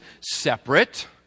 separate